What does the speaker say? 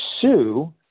sue